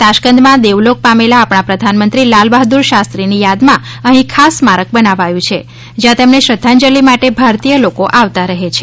તાશ્કંદમાં દેવલોક પામેલા આપણા પ્રધાનમંત્રી લાલબહાદુર શાસ્ત્રીની થાદમાં અહીં ખાસ સ્મારક બનાવાયું છે જ્યાં તેમને શ્રદ્ધાંજલી માટે ભારતીય લોકો આવતા રહે છે